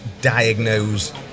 diagnose